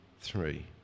three